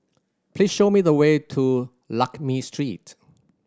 please show me the way to Lakme Street